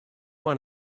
one